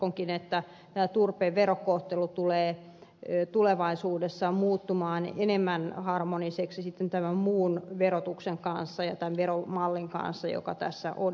uskonkin että turpeen verokohtelu tulee tulevaisuudessa muuttumaan enemmän harmoniseksi sitten tämän muun verotuksen kanssa ja tämän veromallin kanssa joka tässä on esitetty